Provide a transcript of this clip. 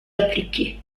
appliquées